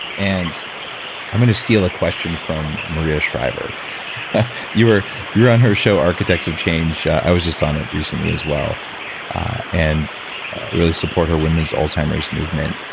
and i'm going to steal a question from maria shriver you were you were on her show, architects of change. i was just on it recently as well and really support her women's alzheimer's movement.